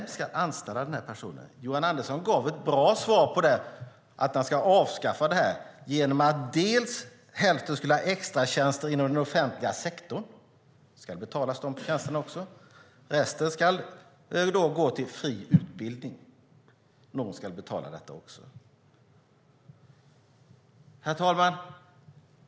Vem ska anställa den här personen? Johan Andersson gav ett bra svar på det. Han tycker att man ska avskaffa fas 3 genom att hälften av dem som finns i åtgärden ska ha extra tjänster inom den offentliga sektorn. De tjänsterna ska också betalas. Resten ska gå till fri utbildning. Någon ska betala det också. Herr talman!